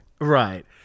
Right